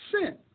sin